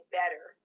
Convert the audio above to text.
better